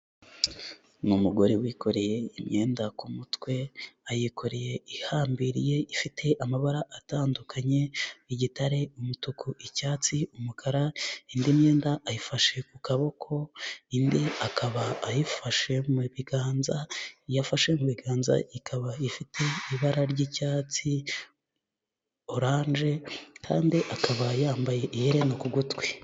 Ni umugore wikoreye imyenda ku mutwe ayikoreye ihambiriye ifite amabara atandukanye, igitare, umutuku, icyatsi, umukara indi myenda ayifashe ku kaboko, indi akaba ayifashe mu biganza, iyo afashe mu biganza ikaba ifite ibara ry'icyatsi, oranje, kandi akaba yambaye iherena ku gutwi.